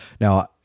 Now